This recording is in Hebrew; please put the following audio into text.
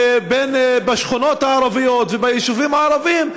בשכונות הערביות וביישובים הערביים,